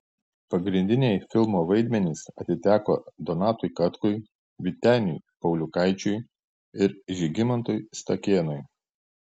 pagrindiniai filmo vaidmenys atiteko donatui katkui vyteniui pauliukaičiui ir žygimantui stakėnui